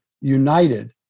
united